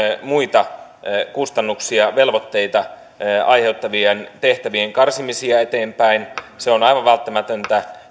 muita kustannuksia velvoitteita aiheuttavien tehtävien karsimisia se on aivan välttämätöntä